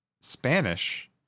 Spanish